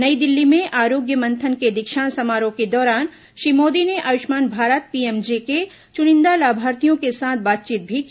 नई दिल्ली में आरोग्य मंथन के दीक्षांत समारोह के दौरान श्री मोदी ने आयुष्मान भारत पीएमजे के चुनिंदा लाभार्थियों के साथ बातचीत भी की